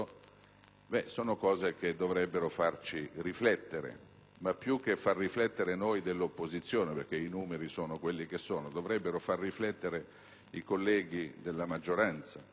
Stato, allora dovremmo riflettere. Ma più che riflettere noi dell'opposizione, perché i numeri sono quelli che sono, dovrebbero riflettere i colleghi della maggioranza.